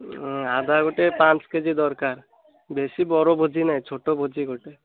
ଉଁ ଅଦା ଗୋଟେ ପାଞ୍ଚ କେ ଜି ଦରକାର ବେଶୀ ବଡ଼ ଭୋଜି ନାଇଁ ଛୋଟ ଭୋଜି ଗୋଟେ